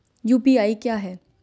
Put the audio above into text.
UPI क्या है?